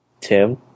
tim